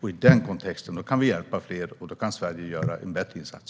I den kontexten kan vi hjälpa fler, och Sverige kan göra en bättre insats.